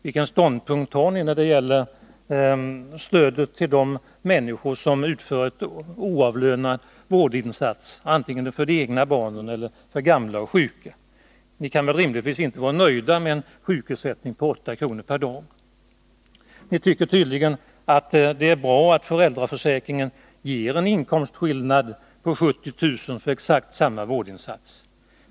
Vilken ståndpunkt har ni när det gäller stödet till de människor som utför en oavlönad vårdinsats, antingen för de egna barnen eller för de gamla och sjuka? Ni kan rimligtvis inte vara nöjda med en sjukersättning på 8 kr. per dag. Ni tycker tydligen att det är bra att föräldraförsäkringen medger inkomstskillnader på 70 000 kr. för exakt samma vårdinsats.